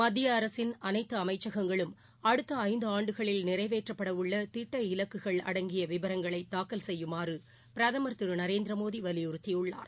மத்தியஅரசின் அனைத்துஅமைச்சகங்களும் அடுத்தஐந்து ஆண்டுகளில் ப்பு நிறைவேற்றப்படஉள்ளதிட்ட இலக்குகள் ப் அடங்கியவிவரங்களைதாக்கல் செய்யுமாறுபிரதமர் திருநரேந்திரமோடிவலியுறுத்தியுள்ளார்